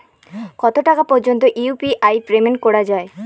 কত টাকা পর্যন্ত ইউ.পি.আই পেমেন্ট করা যায়?